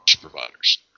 providers